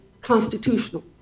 constitutional